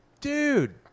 dude